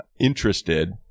interested